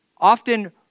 often